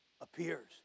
appears